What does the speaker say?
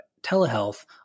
telehealth